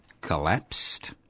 collapsed